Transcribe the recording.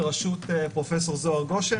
בראשות פרופ' זהר גושן,